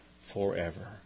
forever